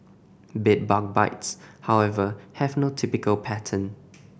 bed bug bites however have no typical pattern